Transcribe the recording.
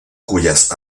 cuyas